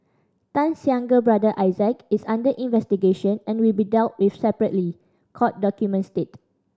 Tan's younger brother Isaac is under investigation and will be dealt with separately court documents state